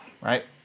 right